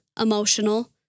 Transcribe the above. emotional